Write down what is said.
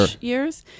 years